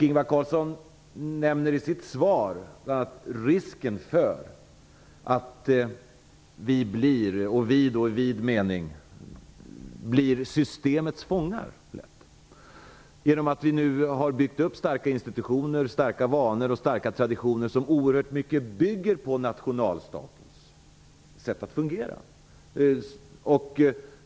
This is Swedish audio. Ingvar Carlsson nämnde i sitt svar att risken för att vi - vi i vid mening - lätt blir systemets fångar genom att vi nu har byggt upp starka institutioner, vanor och traditioner som oerhört mycket bygger på nationalstatens sätt att fungera.